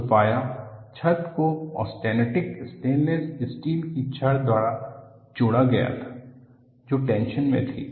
तो पाया छत को ऑस्टेनिटिक स्टेनलेस स्टील की छड़ द्वारा जोड़ा गया था जो टेंशन में थी